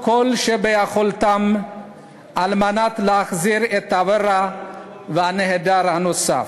לעשות כל שביכולתם על מנת להחזיר את אברה והנעדר הנוסף.